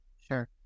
Sure